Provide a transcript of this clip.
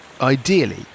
ideally